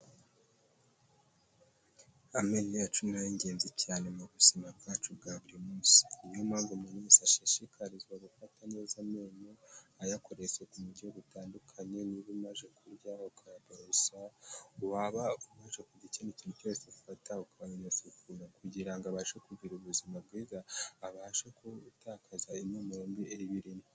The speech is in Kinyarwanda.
Amenyo yacu ni genzi cyane mu buzima bwacu bwa buri munsi niyo mpamvu umuntu wese ashishikarizwa gufata neza amenyo ayakoreshe ku buryo butandukanye niba umaze kuryaho ukaya norosa waba umaze kugira ikindi kintu cyose afata ukasukura kugira ngo abashe kugira ubuzima bwiza abashe gutakaza impumuro mbi ibiririmo.